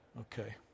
Okay